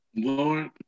Lord